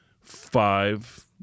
five